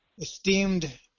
esteemed